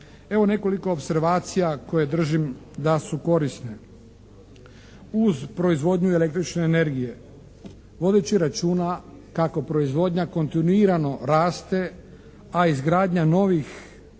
Evo nekoliko opservacija koje držim da su korisne. Uz proizvodnju električne energije vodeći računa kako proizvodnja kontinuirano raste a izgradnja novih resursa